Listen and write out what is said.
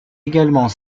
également